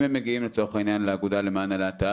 אם הם מגיעים לצורך העניין לאגודה למען הלהט"ב,